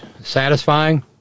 satisfying